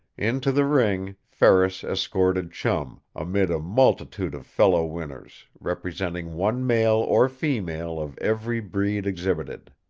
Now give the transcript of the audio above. into the ring ferris escorted chum, amid a multitude of fellow winners, representing one male or female of every breed exhibited.